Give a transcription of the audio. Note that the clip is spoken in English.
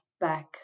back